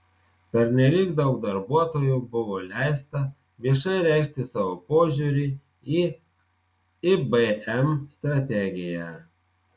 pernelyg daug darbuotojų buvo leista viešai reikšti savo požiūrį į ibm strategiją